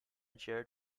jared